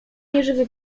nieżywy